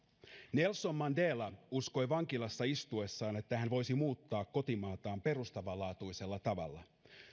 nelson mandela uskoi vankilassa istuessaan että hän voisi muuttaa kotimaataan perustavanlaatuisella tavalla